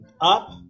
up